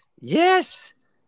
Yes